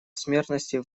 смертности